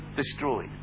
destroyed